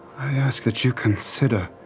i ask that you consider